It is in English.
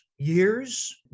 years